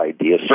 idea